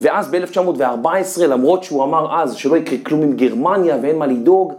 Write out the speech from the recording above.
ואז ב-1914 למרות שהוא אמר אז שלא יקרה כלום עם גרמניה ואין מה לדאוג.